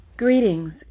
Greetings